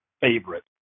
favorite